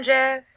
Jeff